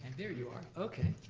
there you are. okay,